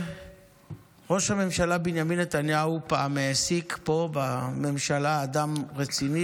ראש הממשלה בנימין נתניהו פעם העסיק פה בממשלה אדם רציני